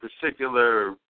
particular